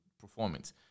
performance